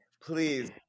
Please